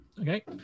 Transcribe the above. Okay